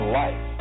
life